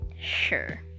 Sure